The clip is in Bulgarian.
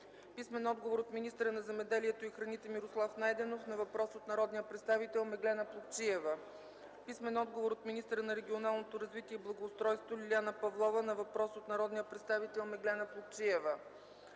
Плугчиева; - от министъра на земеделието и храните Мирослав Найденов на въпрос от народния представител Меглена Плугчиева; - от министъра на регионалното развитие и благоустройството Лиляна Павлова на въпрос от народния представител Меглена Плугчиева;